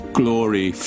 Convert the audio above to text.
glory